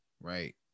right